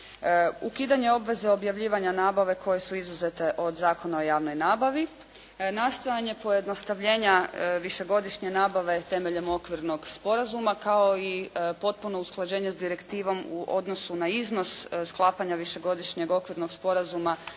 Ukidanje obveze objavljivanje nabave koje su izuzete od Zakona o javnoj nabavi, nastojanje pojednostavljenja višegodišnje nabave temeljem okvirnog sporazuma, kao i potpuno usklađenje s direktivom u odnosu na iznos sklapanja višegodišnjeg okvirnog sporazuma